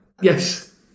Yes